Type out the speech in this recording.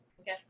okay